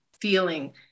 feeling